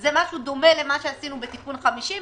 זה משהו דומה למה שעשינו בתיקון 50,